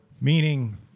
Meaning